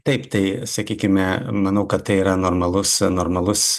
taip tai sakykime manau kad tai yra normalus normalus